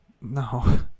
No